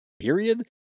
period